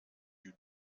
you